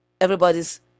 everybody's